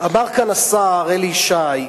אמר כאן השר אלי ישי,